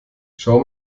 schau